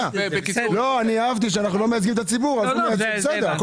אהבתי שאנחנו לא מייצגים את הציבור, והוא כן.